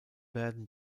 werden